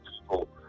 people